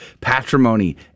patrimony